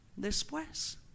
después